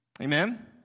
Amen